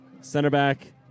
Center-back